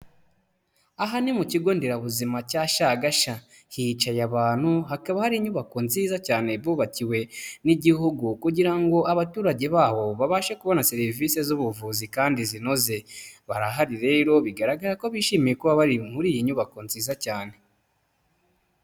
Aha ni mu kigo nderabuzima cya Shyagashya, hicaye abantu, hakaba hari inyubako nziza cyane bubakiwe n'igihugu kugira ngo abaturage baho babashe kubona serivisi z'ubuvuzi kandi zinoze, barahari rero bigaragara ko bishimiye kuba bari muri iyi nyubako nziza cyane.